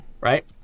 right